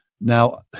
Now